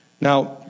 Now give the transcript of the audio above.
Now